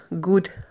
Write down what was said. good